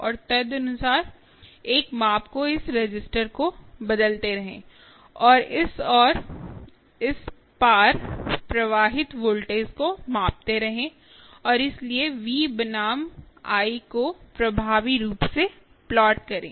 और तदनुसार एक माप को इस रजिस्टर को बदलते रहें और इस और इस पार प्रवाहित वोल्टेज को मापते रहें और इसलिए V बनाम I को प्रभावी रूप से प्लॉट करें